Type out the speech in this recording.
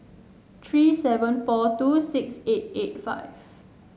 three seven four two six eight eight five